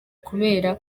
kubera